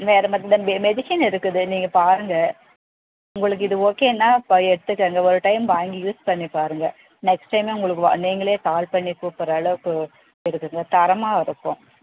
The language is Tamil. வேற மருந்து மெடிசன் இருக்குது நீங்கள் பாருங்கள் உங்களுக்கு இது ஓகேன்னா பை எடுத்துக்கொங்க ஒரு டைம் வாங்கி யூஸ் பண்ணி பாருங்கள் நெக்ஸ்ட் டைமே உங்களுக்கு வா நீங்களே கால் பண்ணி கூப்படுற அளவுக்கு இருக்குங்க தரமாக இருக்கும்